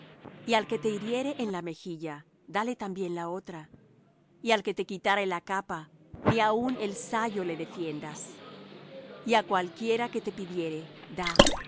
y al que te hiriere en la mejilla dale también la otra y al que te quitare la capa ni aun el sayo le defiendas y á cualquiera que te pidiere da